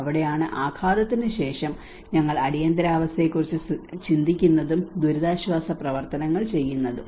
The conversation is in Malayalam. അവിടെയാണ് ആഘാതത്തിന് ശേഷം ഞങ്ങൾ അടിയന്തരാവസ്ഥയെക്കുറിച്ച് ചിന്തിക്കുന്നതും ദുരിതാശ്വാസ പ്രവർത്തനങ്ങൾ ചെയ്യുന്നതും